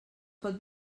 pot